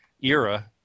era